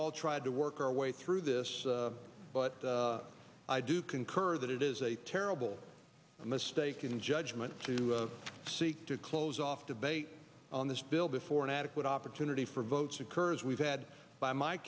all tried to work our way through this but i do concur that it is a terrible mistake in judgment to seek to close off debate on this bill before an adequate opportunity for votes occurs we've had by m